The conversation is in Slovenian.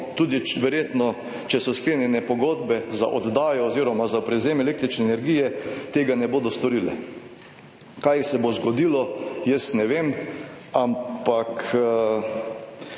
tudi verjetno, če so sklenjene pogodbe za oddajo oziroma za prevzem električne energije, tega ne bodo storile. Kaj se bo zgodilo, jaz ne vem, ampak